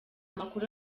makuru